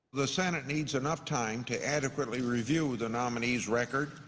the senate needs enough time to adequately review the nominee's record.